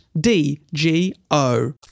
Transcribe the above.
D-G-O